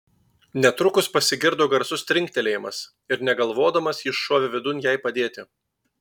netrukus pasigirdo garsus trinktelėjimas ir negalvodamas jis šovė vidun jai padėti